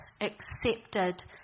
accepted